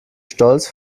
stolz